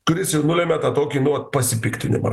kuris jau nulemia tą tokį nu vat pasipiktinimą